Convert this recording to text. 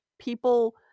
people